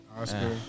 Oscar